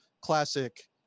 classic